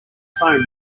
phone